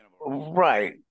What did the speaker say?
Right